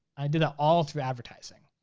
i did that all through advertising.